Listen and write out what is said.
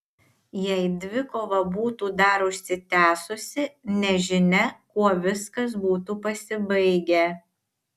jei dvikova būtų dar užsitęsusi nežinia kuo viskas būtų pasibaigę